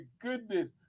goodness